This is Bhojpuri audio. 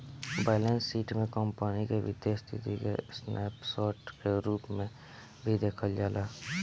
बैलेंस शीट से कंपनी के वित्तीय स्थिति के स्नैप शोर्ट के रूप में भी देखल जाला